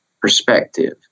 perspective